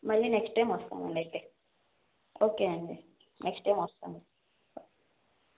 మళ్ళీ next time వస్తామండి అయితే ఓకే అండి నెక్స్ట్ టైం వస్తాము